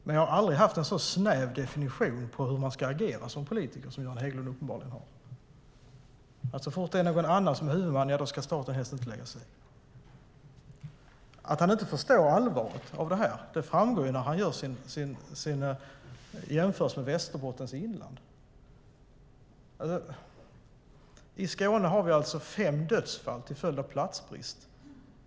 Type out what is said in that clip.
Men jag har aldrig haft en så snäv definition på hur man ska agera som politiker som Göran Hägglund uppenbarligen har. Så fort det är någon annan som är huvudman ska staten helst inte lägga sig i. Att socialministern inte förstår allvaret i det här framgår när han gör en jämförelse med Västerbottens inland. I Skåne har vi alltså fem dödsfall till följd av platsbrist.